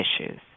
issues